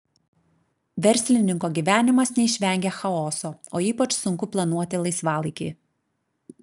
verslininko gyvenimas neišvengia chaoso o ypač sunku planuoti laisvalaikį